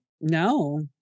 No